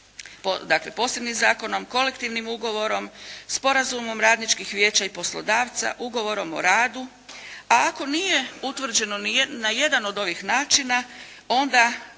dakle posebnim zakonom, kolektivnim ugovorom, sporazumom radničkih vijeća i poslodavca, ugovorom o radu, a ako nije utvrđeno ni na jedan od ovih načina onda o rasporedu